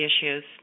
issues